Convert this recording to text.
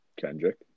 Kendrick